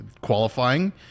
qualifying